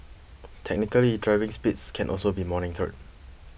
technically driving speeds can also be monitored